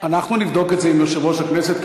אנחנו נבדוק את זה עם יושב-ראש הכנסת,